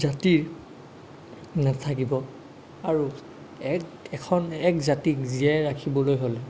জাতিৰ নাথাকিব আৰু এক এখন এক জাতিক জীয়াই ৰাখিবলৈ হ'লে